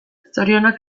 zorionak